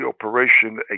operation